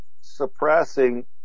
suppressing